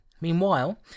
Meanwhile